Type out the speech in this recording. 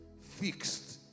fixed